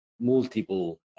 multiple